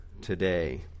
today